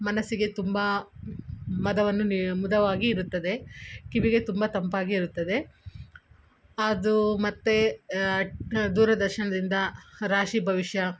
ಮನಸ್ಸಿಗೆ ತುಂಬ ಮದವನ್ನು ನೀ ಮುದವಾಗಿ ಇರುತ್ತದೆ ಕಿವಿಗೆ ತುಂಬ ತಂಪಾಗಿ ಇರುತ್ತದೆ ಅದು ಮತ್ತು ದೂರದರ್ಶನದಿಂದ ರಾಶಿ ಭವಿಷ್ಯ